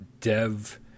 dev